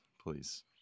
Please